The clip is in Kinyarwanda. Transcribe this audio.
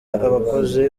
abakoze